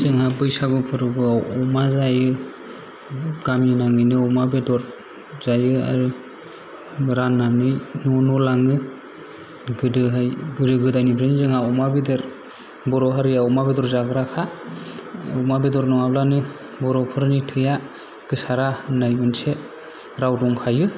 जोंहा बैसागु फोरबोआव अमा जायो गामि नाङैनो अमा बेदर जायो आरो राननानै न' न' लाङो गोदोहाय गोदो गोदायनिफ्रायनो जोंहा अमा बेदर बर' हारिया अमा बेदर जाग्राखा अमा बेदर नङाबानो बर'फोरनि थैया गोसारा होननाय मोनसे राव दंखायो